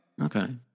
Okay